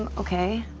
and okay.